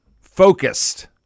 focused